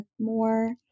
more